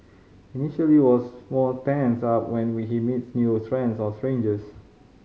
initially was more tensed up when we he meets new friends or strangers